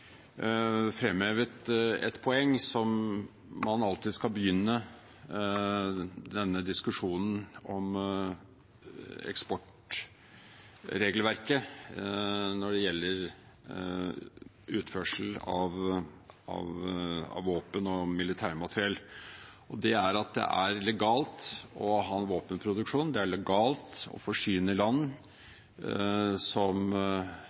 fremhevet et poeng – som man alltid skal begynne diskusjonen om eksportregelverket med når det gjelder utførsel av våpen og militærmateriell – og det er at det er legalt å ha en våpenproduksjon, og det er legalt å forsyne land som